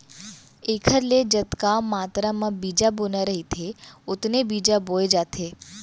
एखर ले जतका मातरा म बीजा बोना रहिथे ओतने बीजा बोए जाथे